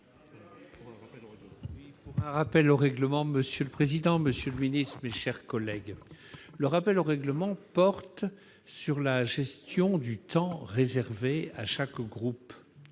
pour un rappel au règlement. Monsieur le président, monsieur le ministre, mes chers collègues, mon rappel au règlement porte sur la gestion du temps réservé à chaque groupe.